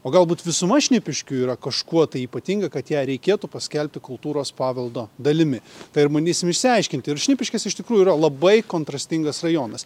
o galbūt visuma šnipiškių yra kažkuo tai ypatinga kad ją reikėtų paskelbti kultūros paveldo dalimi tai ir bandysim išsiaiškinti ir šnipiškės iš tikrųjų yra labai kontrastingas rajonas